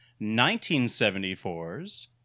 1974's